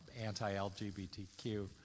anti-LGBTQ